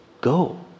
Go